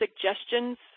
suggestions